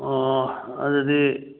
ꯑꯣ ꯑꯗꯨꯗꯤ